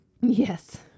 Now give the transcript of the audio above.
Yes